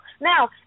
Now